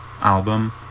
album